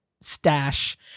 stash